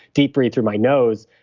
deep breathe through my nose,